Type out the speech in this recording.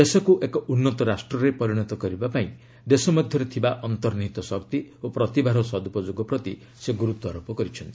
ଦେଶକୁ ଏକ ଉନ୍ନତ ରାଷ୍ଟ୍ରରେ ପରିଣତ କରିବାପାଇଁ ଦେଶ ମଧ୍ୟରେ ଥିବା ଅନ୍ତର୍ନିହିତ ଶକ୍ତି ଓ ପ୍ରତିଭାର ସଦୁପୋଯୋଗ ପ୍ରତି ସେ ଗୁରୁତ୍ୱାରୋପ କରିଛନ୍ତି